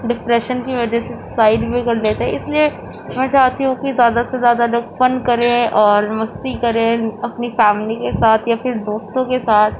depression کی وجہ سے سوسائڈ بھی کر لیتے اس لیے میں چاہتی ہوں کہ زیادہ سے زیادہ لوگ فن کریں اور مستی کریں اپنی فیملی کے ساتھ یا پھر دوستوں کے ساتھ